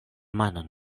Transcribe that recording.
manon